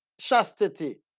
chastity